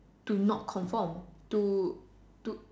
to not conform to to